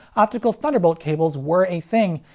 optical thunderbolt cables were a thing,